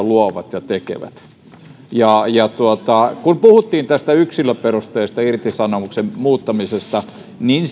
luovat ja ja tekevät kun puhuttiin tästä yksilöperusteisen irtisanomisen muuttamisesta niin